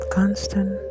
constant